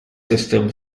system